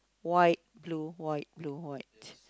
white blue white blue white